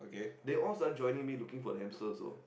they all started joining me looking for the hamster also